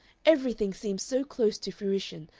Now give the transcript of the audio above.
everything seems so close to fruition,